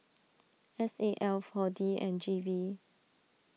S A L four D and G V